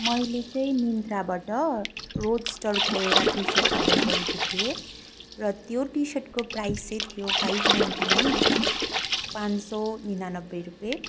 मैले चाहिँ मिन्त्राबाट रोडस्टरको एउटा टी सर्ट अर्डर गरेको थिएँ र त्यो टी सर्टको प्राइज चाहिँ थियो फाइभ नाइन्टी नाइन पाँच सौ निनानब्बे रुपियाँ